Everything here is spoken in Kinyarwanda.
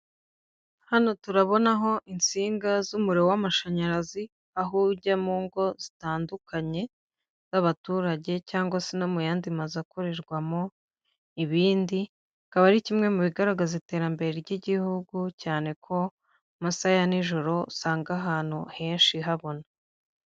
Hano turabonaho insinga z'umuriro w'amashanyarazi aho ujya mu ngo zitandukanye z'abaturage cyangwa se no mu yandi mazu akorerwamo ibindi bikaba ari kimwe mu bigaragaza iterambere ry'igihugu cyane ko mumasaha ya n'ijoro usanga ahantu henshi habona.